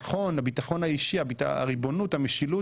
הביטחון, הביטחון האישי, הריבונות, המשילות.